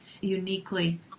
uniquely